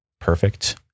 perfect